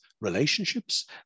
relationships